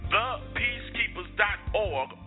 ThePeaceKeepers.org